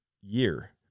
year